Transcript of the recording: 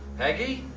peggy?